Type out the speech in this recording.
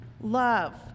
love